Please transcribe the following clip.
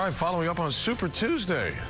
um following up on super tuesday.